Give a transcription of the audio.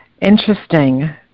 Interesting